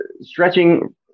stretching